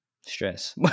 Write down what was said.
stress